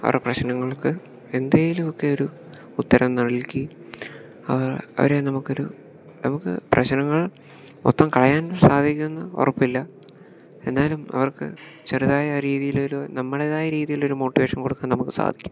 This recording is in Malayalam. അവരുടെ പ്രശ്നങ്ങൾക്ക് എന്തേലുവൊക്കെയൊരു ഉത്തരം നൽകി അവ അവരെ നമുക്കൊരു നമുക്ക് പ്രശ്നങ്ങൾ മൊത്തം കളയാൻ സാധിക്കുമെന്ന് ഉറപ്പില്ല എന്നാലും അവർക്ക് ചെറുതായ രീതിയിലൊരു നമ്മുടേതായ രീതിയിലൊരു മോട്ടിവേഷൻ കൊടുക്കാൻ നമുക്ക് സാധിക്കും